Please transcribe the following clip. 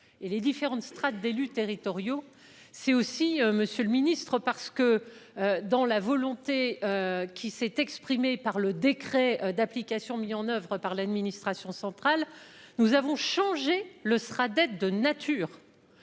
et les différentes strates d'élus territoriaux. C'est aussi, Monsieur le Ministre, parce que dans la volonté. Qui s'est exprimée par le décret d'application mis en oeuvre par l'administration centrale. Nous avons changé le sera d'être de nature.